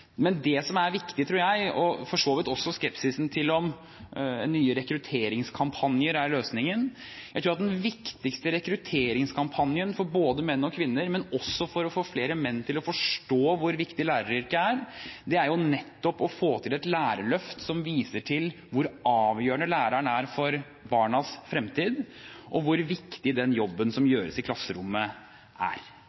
og for så vidt også skepsisen til om nye rekrutteringskampanjer er løsningen. Jeg tror den viktigste rekrutteringskampanjen for både menn og kvinner, også for å få flere menn til å forstå hvor viktig læreryrket er, er nettopp å få til et lærerløft som viser til hvor avgjørende læreren er for barnas fremtid, hvor viktig den jobben som gjøres i klasserommet, er,